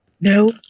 No